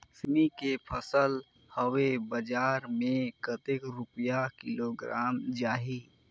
सेमी के फसल हवे बजार मे कतेक रुपिया किलोग्राम जाही?